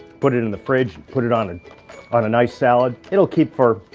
put it in the fridge, put it on it on a nice salad. it'll keep for ah,